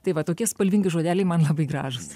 tai va tokie spalvingi žodeliai man labai gražūs